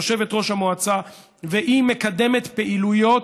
יושבת-ראש המועצה והיא מקדמת פעילויות,